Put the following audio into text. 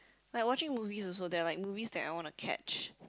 like watching movies also there are like movies that I want to catch